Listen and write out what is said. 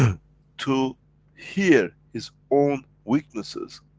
to hear his own weaknesses,